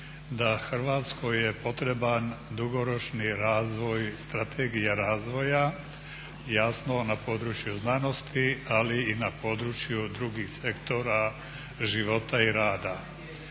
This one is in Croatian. Hrvatskoj je potreban dugoročni razvoj strategija razvoja, jasno na području znanosti ali i na području drugih sektora života i rada.